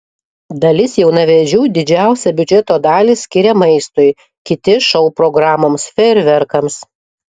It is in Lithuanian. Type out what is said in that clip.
dalis jaunavedžių didžiausią biudžeto dalį skiria maistui kiti šou programoms fejerverkams